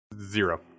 Zero